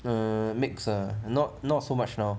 uh mix ah not not so much now